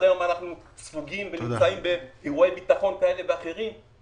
היום אנחנו סופגים ונמצאים באירועי ביטחון כאלה ואחרים,